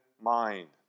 mind